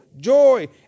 joy